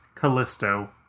Callisto